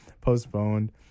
postponed